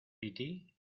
piti